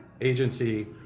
agency